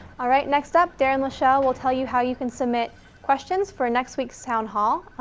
all right, next up, darren lashelle will tell you how you can submit questions for next week's town hall.